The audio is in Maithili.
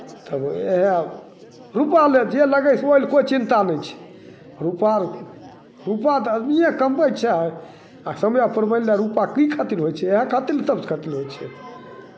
तब इएह रुपैआ लए जे लगै ओहि लए कोइ चिंता नहि छै रुपैआ आर रुपैआ तऽ आदमीए कमबै छै आ समएपर मानि लए रुपैआ की खातिर होइ छै इएह खातिर ने तब से खर्च होइ छै